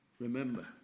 Remember